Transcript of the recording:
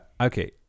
okay